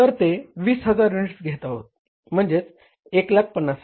तर ते 20000 युनिट्स घेत आहोत म्हणजेच 150000